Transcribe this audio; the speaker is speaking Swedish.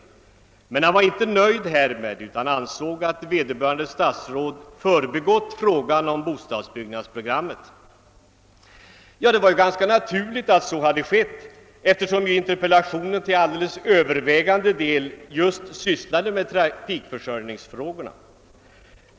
Men han var inte nöjd härmed utan ansåg att vederbörande statsråd förbigått frågan om bostadsbyggnadsprogrammet. Det var ganska naturligt att så hade skett eftersom interpellationen till alldeles övervägande del berörde just trafikförsörjningsfrågorna.